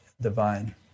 divine